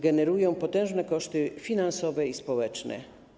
Generują potężne koszty finansowe i społeczne.